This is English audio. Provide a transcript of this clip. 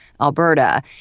Alberta